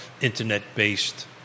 Internet-based